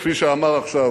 כפי שאמר עכשיו